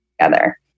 together